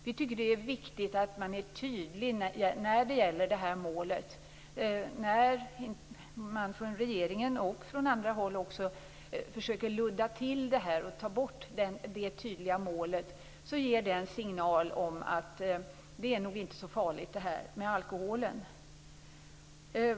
Vi tycker att det är viktigt att vara tydlig när det gäller detta mål. När regeringen och andra försöker ludda till det och ta bort det tydliga målet ger det en signal om att det här med alkoholen nog inte är så farligt.